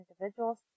individuals